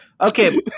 Okay